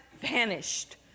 vanished